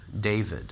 David